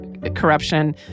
Corruption